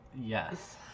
yes